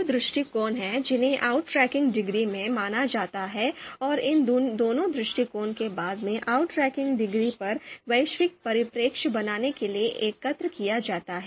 दो दृष्टिकोण हैं जिन्हें outrankingडिग्री में माना जाता है और इन दोनों दृष्टिकोणों को बाद में outrankingडिग्री पर वैश्विक परिप्रेक्ष्य बनाने के लिए एकत्र किया जाता है